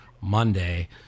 Monday